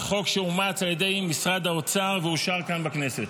חוק שאומץ על ידי משרד האוצר ואושר כאן בכנסת.